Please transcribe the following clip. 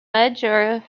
major